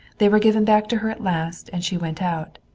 they were given back to her at last, and she went out.